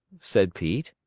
said pete.